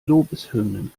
lobeshymnen